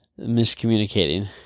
miscommunicating